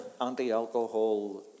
anti-alcohol